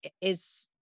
is-